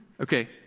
Okay